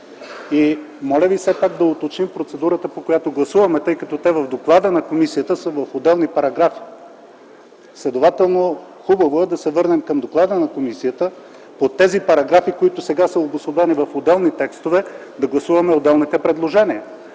Моля Ви, все пак да уточним процедурата, по която гласуваме, тъй като в доклада на комисията предложенията са в отделни параграфи. Следователно е хубаво да се върнем към доклада на комисията – по тези параграфи, които сега са обособени в отделни текстове, да гласуваме отделните предложения.